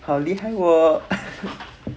好厉害喔